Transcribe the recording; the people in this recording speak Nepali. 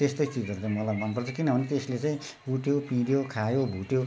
त्यस्तै चिजहरू चाहिँ मलाई मनपर्छ किनभने त्यसले चाहिँ कुट्यो पिट्यो खायो भुट्यो